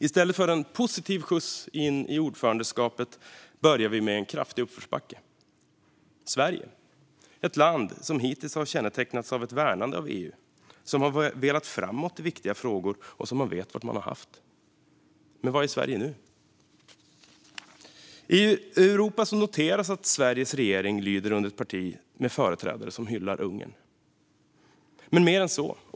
I stället för med en positiv skjuts in ordförandeskapet börjar vi med en kraftig uppförsbacke. Sverige är ett land som hittills har kännetecknats av ett värnande av EU, som har velat framåt i viktiga frågor och som man har vetat var man har haft. Men vad är Sverige nu? I Europa noteras att Sveriges regering lyder under ett parti med företrädare som hyllar Ungern. Men det är mer än så.